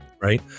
Right